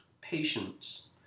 patience